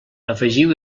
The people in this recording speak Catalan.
afegiu